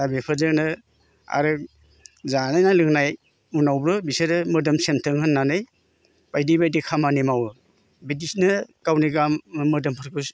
दा बेफोदजोनो आरो जालायनाय लोंनाय उनावबो बिसोरो मोदोम सेमथों होननानै बायदि बायदि खामानि मावो बिदिसोनो गावनि गाव मोदोमफोरखो